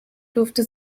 durfte